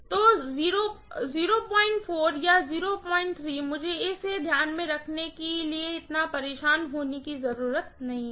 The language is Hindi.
तो 04 या 03 मुझे इसे ध्यान में रखने के लिए इतना परेशान होने की जरूरत नहीं है